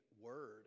word